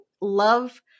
love